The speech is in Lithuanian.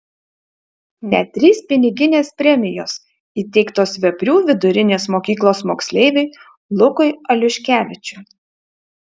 net trys piniginės premijos įteiktos veprių vidurinės mokyklos moksleiviui lukui aliuškevičiui